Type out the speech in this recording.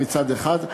מצד אחד,